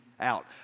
out